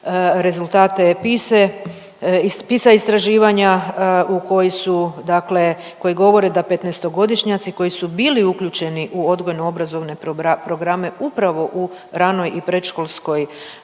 rezultate PISA-e, PISA istraživanja u koji su dakle koji govore da 15-godišnjaci koji su bili uključeni u odgojno obrazovne programe upravo u ranoj i predškolskoj